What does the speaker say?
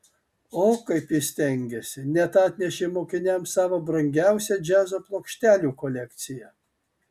o kaip jis stengėsi net atnešė mokiniams savo brangiausią džiazo plokštelių kolekciją